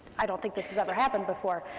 i don't think this has ever happened before.